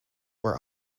were